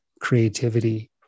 creativity